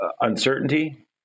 uncertainty